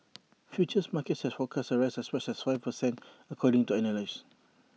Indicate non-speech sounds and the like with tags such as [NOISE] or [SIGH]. [NOISE] futures markets had forecast A rise of as much as five per cent according to analysts